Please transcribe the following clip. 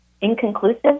inconclusive